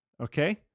Okay